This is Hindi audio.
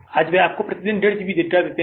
आज वे आपको प्रति दिन 15 GB डेटा देते हैं